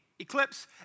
eclipse